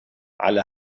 على